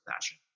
fashion